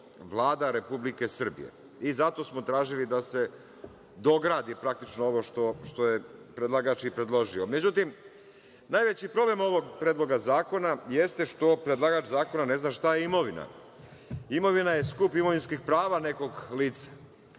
Vlada Republike Srbije. Zato smo tražili da se dogradi praktično ovo što je predlagač i predložio.Međutim, najveći problem ovog predloga zakona jeste što predlagač zakona ne zna šta je imovina. Imovina je skup imovinskih prava nekog lica,